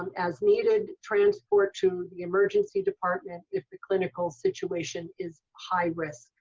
as needed, transport to the emergency department if the clinical situation is high risk.